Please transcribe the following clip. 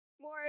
more